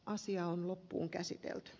asia on loppuunkäsitelty